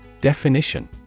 Definition